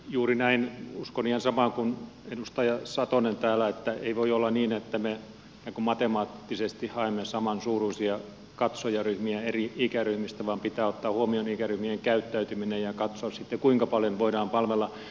juuri näin uskon ihan samaa kuin edustaja satonen täällä että ei voi olla niin että me matemaattisesti haemme samansuuruisia katsojaryhmiä eri ikäryhmistä vaan pitää ottaa huomioon ikäryhmien käyttäytyminen ja katsoa sitten kuinka paljon voidaan palvella